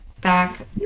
back